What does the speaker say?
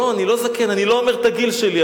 לא, אני לא זקן, אני לא אומר את הגיל שלי.